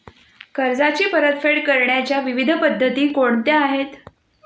कर्जाची परतफेड करण्याच्या विविध पद्धती कोणत्या आहेत?